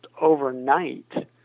overnight